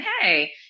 hey